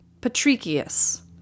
Patricius